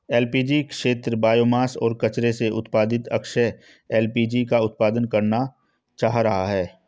LPG क्षेत्र biomass और कचरे से उत्पादित अक्षय एल.पी.जी का उत्पादन करना चाह रहा है